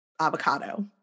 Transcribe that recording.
avocado